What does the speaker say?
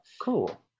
Cool